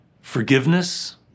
forgiveness